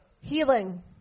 Healing